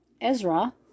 Ezra